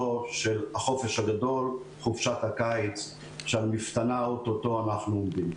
של חופשת הקיץ שעל מפתנה אנחנו עומדים.